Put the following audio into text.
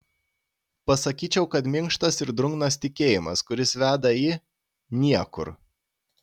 pasakyčiau kad minkštas ir drungnas tikėjimas kuris veda į niekur